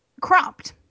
cropped